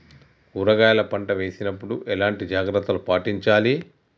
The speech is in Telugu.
కూరగాయల పంట వేసినప్పుడు ఎలాంటి జాగ్రత్తలు పాటించాలి?